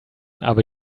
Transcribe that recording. aber